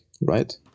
right